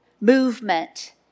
movement